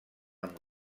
amb